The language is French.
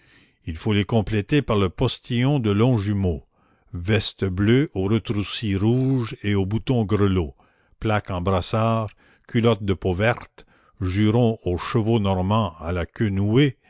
il faut les compléter par le postillon de longjumeau veste bleue aux retroussis rouges et aux boutons grelots plaque en brassard culotte de peau verte jurons aux chevaux normands à la queue nouée